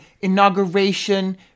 inauguration